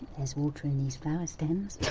there's water in these flower stems?